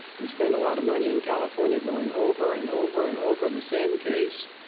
we spend a lot of money in california going over and over and over the same case,